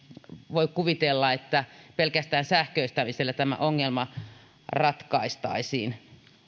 voi kuvitella että pelkästään sähköistämisellä tämä ongelma ratkaistaisiin